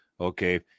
okay